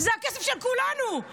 זה הכסף של כולנו.